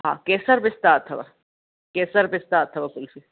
हा केसर पिस्ता अथव केसर पिस्ता अथव कुल्फ़ी